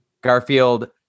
Garfield